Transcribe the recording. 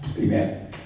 Amen